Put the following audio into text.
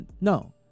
No